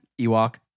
Ewok